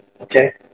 okay